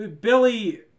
Billy